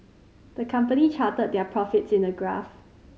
the company charted their profits in a graph